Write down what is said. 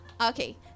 Okay